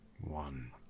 one